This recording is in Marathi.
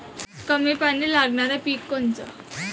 कमी पानी लागनारं पिक कोनचं?